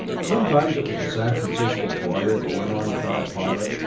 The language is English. sometimes it was the san francisco flyer that went on without a pilot,